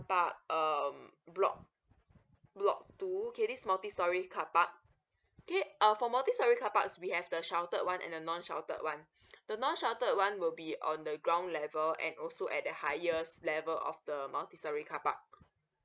park um block block two okay this multi storey car park okay uh for multi storey car parks we have the sheltered one and the non sheltered one the non sheltered one will be on the ground level and also at the highest level of the multi storey car park